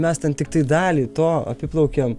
mes ten tiktai dalį to apiplaukėm